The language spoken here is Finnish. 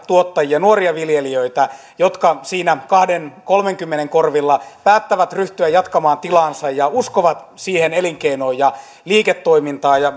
tuottajia nuoria viljelijöitä jotka siinä kahdenkymmenen viiva kolmenkymmenen korvilla päättävät ryhtyä jatkamaan tilaansa ja uskovat siihen elinkeinoon ja liiketoimintaan